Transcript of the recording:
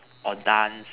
or dance